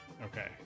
Okay